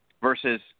versus